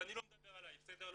ואני לא מדבר עליי.